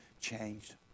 changed